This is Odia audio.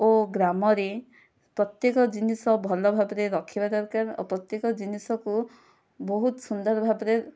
ଓ ଗ୍ରାମରେ ପ୍ରତ୍ୟେକ ଜିନିଷ ଭଲ ଭାବରେ ରଖିବା ଦରକାର ଓ ପ୍ରତ୍ୟେକ ଜିନିଷକୁ ବହୁତ ସୁନ୍ଦର ଭାବରେ